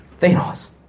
thanos